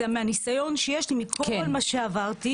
מהניסיון שיש לי מכל מה שעברתי.